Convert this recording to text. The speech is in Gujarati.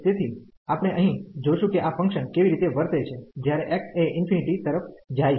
તેથી આપણે અહીં જોશું કે આ ફંકશન કેવી રીતે વર્તે છે જ્યારે x એ ઇન્ફિનિટી તરફ જાય છે